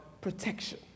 protection